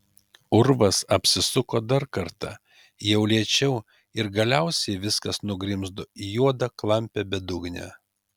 urvas apsisuko dar kartą jau lėčiau ir galiausiai viskas nugrimzdo į juodą klampią bedugnę